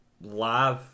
live